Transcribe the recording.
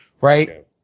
right